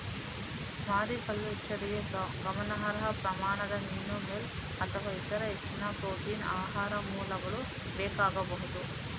ಮಾರಿಕಲ್ಚರಿಗೆ ಗಮನಾರ್ಹ ಪ್ರಮಾಣದ ಮೀನು ಮೀಲ್ ಅಥವಾ ಇತರ ಹೆಚ್ಚಿನ ಪ್ರೋಟೀನ್ ಆಹಾರ ಮೂಲಗಳು ಬೇಕಾಗಬಹುದು